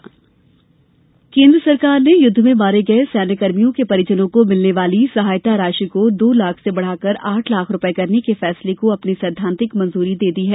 रक्षामंत्री केन्द्र सरकार ने युद्ध में मारे गए सैन्यकर्मियों के परिजनों को मिलने वाली सहायता राशि को दो लाख से बढ़ाकर आठ लाख रूपये करने के फैसले को अपनी सैद्वांतिक मंजूरी दे दी है